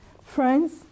Friends